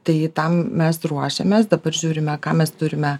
tai tam mes ruošiamės dabar žiūrime ką mes turime